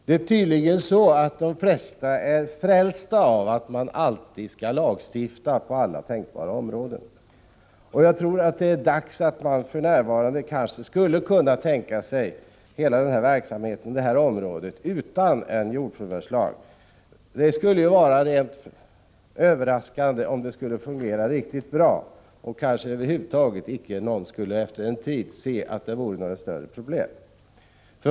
Det är tydligen så, att de flesta är frälsta av tanken att man skall lagstifta på alla tänkbara områden. Jag tror att det är dags att tänka sig att man skulle kunna vara utan en jordförvärvslag. Det skulle vara överraskande för somliga, om det fungerade riktigt bra ändå. Efter en tid skulle man kanske se att det inte fanns några större problem.